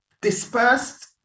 dispersed